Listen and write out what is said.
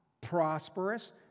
prosperous